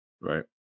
Right